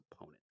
opponent